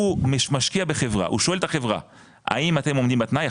הוא משקיע בחברה הוא שואל את החברה האם אתם עומדים בתנאי,